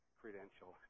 credential